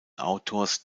autors